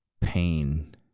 pain